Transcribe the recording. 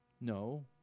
No